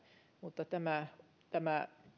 mutta